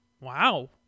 Wow